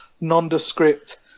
nondescript